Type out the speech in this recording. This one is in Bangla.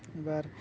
এবার